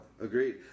Agreed